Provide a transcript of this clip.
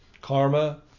Karma